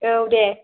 औ दे